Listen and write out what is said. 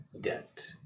debt